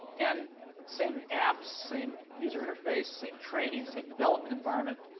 and same app, same user interface, same training, same development environment.